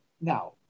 Now